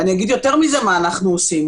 ואני אגיד יותר מזה מה אנחנו עושים,